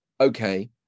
okay